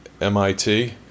MIT